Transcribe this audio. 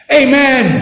amen